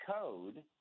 code